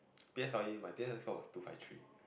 P_S_L_E my P_S_L_E score was two five three